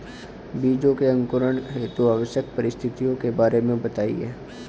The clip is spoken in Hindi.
बीजों के अंकुरण हेतु आवश्यक परिस्थितियों के बारे में बताइए